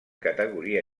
categoria